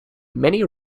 many